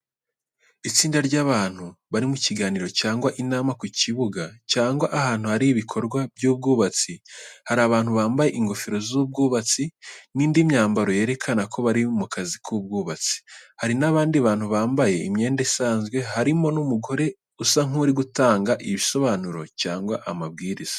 Itsinda ry’abantu bari mu kiganiro, cyangwa inama ku kibuga cyangwa ahantu hari ibikorwa by’ubwubatsi. Hari abantu bambaye ingofero z’abubatsi n’indi myambaro yerekana ko bari mu kazi k’ubwubatsi. Hari n’abandi bantu bambaye imyenda isanzwe, harimo n’umugore usa nk’uri gutanga ibisobanuro cyangwa amabwiriza.